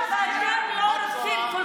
עכשיו אתם לא רוצים.